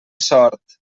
sort